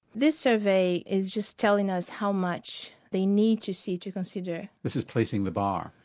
this survey is just telling us how much they need to see to consider. this is placing the bar?